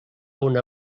una